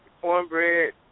cornbread